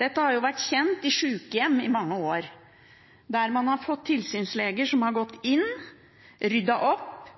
Dette har i mange år vært kjent i sykehjem, der man har fått tilsynsleger som har gått inn og ryddet opp.